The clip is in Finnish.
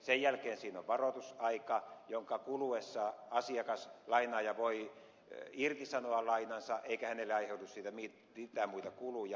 sen jälkeen siinä on varoitusaika jonka kuluessa asiakas lainaaja voi irtisanoa lainansa eikä hänelle aiheudu siitä mitään muita kuluja